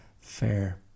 fair